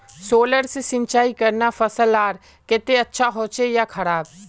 Solar से सिंचाई करना फसल लार केते अच्छा होचे या खराब?